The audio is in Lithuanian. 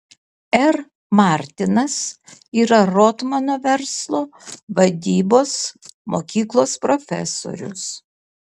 r martinas yra rotmano verslo vadybos mokyklos profesorius